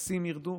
שהמכסים ירדו,